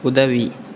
உதவி